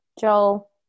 Joel